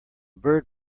bird